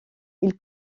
ils